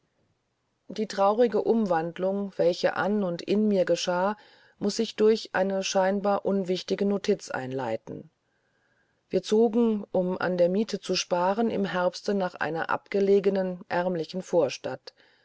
die traurige umwandlung welche an und in mir geschah muß ich durch eine scheinbar unwichtige notiz einleiten wir zogen um an der miethe zu sparen im herbste nach einer abgelegenen ärmlichen vorstadt